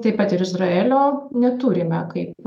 taip pat ir izraelio neturime kaip